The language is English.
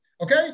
Okay